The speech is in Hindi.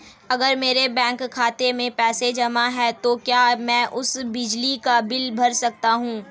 अगर मेरे बैंक खाते में पैसे जमा है तो क्या मैं उसे बिजली का बिल भर सकता हूं?